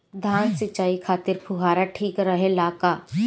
धान सिंचाई खातिर फुहारा ठीक रहे ला का?